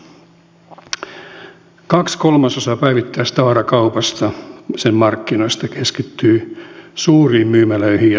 kaksi kolmasosaa päivittäistavarakaupasta sen markkinoista keskittyy suuriin myymälöihin ja supermarketeihin